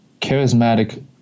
charismatic